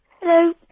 Hello